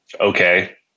okay